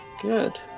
Good